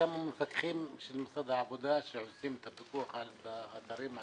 כמה מפקחים מטעם משרד העבודה שעושים את הפיקוח על האתרים,